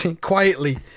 quietly